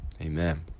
Amen